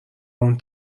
اون